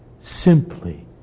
simply